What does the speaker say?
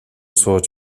сууж